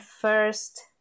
first